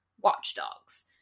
watchdogs